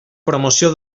promoció